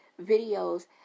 videos